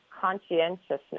conscientiousness